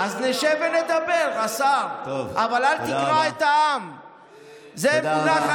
אז נשב ונדבר, השר, טוב, תודה רבה.